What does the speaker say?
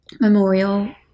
memorial